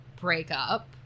breakup